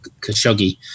Khashoggi